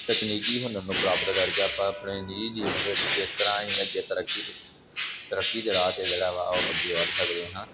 ਤਕਨੀਕੀ ਹੁਨਰ ਨੂੰ ਪ੍ਰਾਪਤ ਕਰਕੇ ਆਪਾਂ ਆਪਣੇ ਹੀ ਜੀਵਨ ਦੇ ਵਿੱਚ ਕਿਸ ਤਰ੍ਹਾਂ ਅਸੀਂ ਅੱਗੇ ਤਰੱਕੀ ਤਰੱਕੀ ਦੇ ਰਾਹ 'ਤੇ ਜਿਹੜਾ ਵਾ ਉਹ ਅੱਗੇ ਵਧ ਸਕਦੇ ਹਾਂ